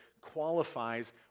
qualifies